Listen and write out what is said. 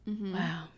Wow